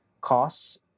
costs